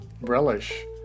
relish